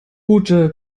ute